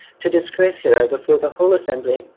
to disgrace hero before the whole assembly,